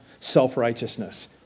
self-righteousness